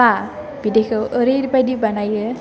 बा बिदैखौ ओरै बायदि बानायो